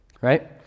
right